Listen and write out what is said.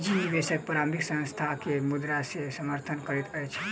निजी निवेशक प्रारंभिक संस्थान के मुद्रा से समर्थन करैत अछि